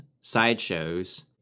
sideshows